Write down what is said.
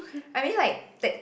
I mean like tech~